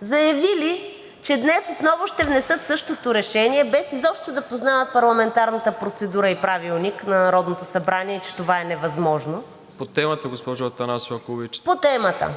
заявили, че днес отново ще внесат същото решение, без изобщо да познават парламентарната процедура и Правилника на Народното събрание – че това е невъзможно. ПРЕДСЕДАТЕЛ МИРОСЛАВ ИВАНОВ: По темата,